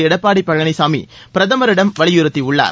எடப்பாடி பழனிசாமி பிரதமரிடம் வலியுறுத்தியுள்ளார்